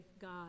God